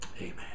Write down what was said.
Amen